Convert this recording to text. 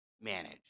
manage